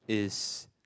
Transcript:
is